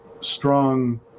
strong